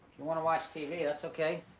you wanna watch tv, that's okay.